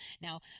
Now